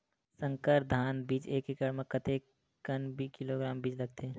संकर धान बीज एक एकड़ म कतेक किलोग्राम बीज लगथे?